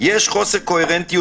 "יש חוסר קוהרנטיות